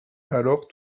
alors